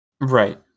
Right